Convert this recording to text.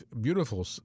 beautiful